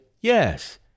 yes